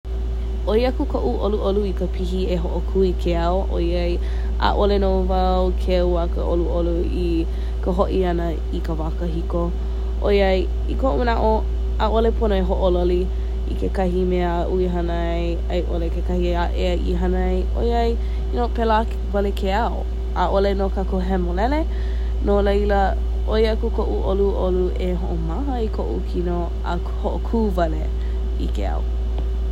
‘Oi aku ko’u ‘olu’olu i ka pihi e ho’okū i ke ‘au ‘oiai ‘a’ole nō wau keu a ka ‘olu’olu i ka ho’i ‘ana i ka wā kāhiko ‘oiai i ko’u mana’o ‘a’ole pono e ho’ololi i kekahi mea a’u i hana ai a i ‘ole kekahi a’e i hana ai ‘oiai ‘o pēlā wale ke ‘au. ‘A’ole nō kākou hemolele, no laila ‘oi aku ko’u ‘olu’olu e ho’omaha i ko’u kino a ho’okū wale i ke ‘au.